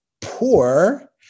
poor